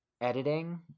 editing